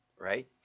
right